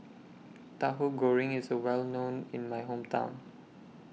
Tahu Goreng IS Well known in My Hometown